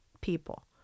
people